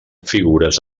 figures